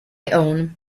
own